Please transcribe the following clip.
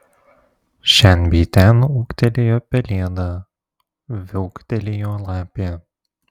šen bei ten ūktelėjo pelėda viauktelėjo lapė